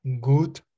good